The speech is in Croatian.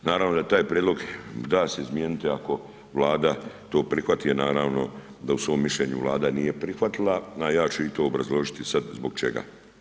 Naravno da taj prijedlog da se izmijeniti ako Vlada to prihvati a naravno da u svom mišljenju Vlada nije prihvatila a ja ću i to obrazložiti sad zbog čega.